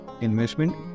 investment